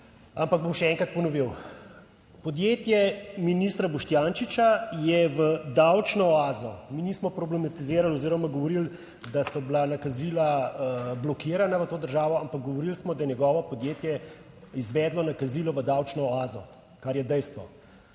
ampak bom še enkrat ponovil. Podjetje ministra Boštjančiča je v davčno oazo, mi nismo problematizirali oziroma govorili, da so bila nakazila blokirana. v to državo, ampak govorili smo, da je njegovo podjetje izvedlo nakazilo v davčno oazo, kar je dejstvo,